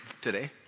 today